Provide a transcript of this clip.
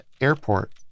airport